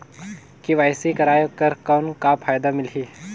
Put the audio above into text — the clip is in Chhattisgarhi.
के.वाई.सी कराय कर कौन का फायदा मिलही?